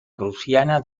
prusiana